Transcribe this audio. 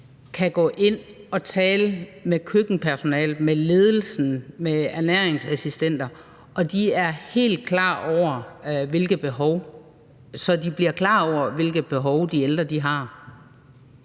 kan gå ind og tale med køkkenpersonalet, med ledelsen og med ernæringsassistenterne, så de bliver klar over, hvilke behov de ældre har.